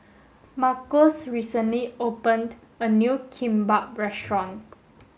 Marques recently opened a new Kimbap restaurant